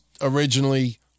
originally